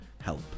help